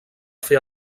fer